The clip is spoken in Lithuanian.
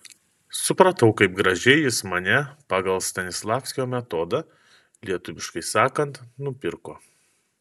supratau kaip gražiai jis mane pagal stanislavskio metodą lietuviškai sakant nupirko